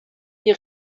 die